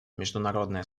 международное